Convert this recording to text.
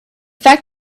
fact